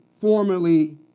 formerly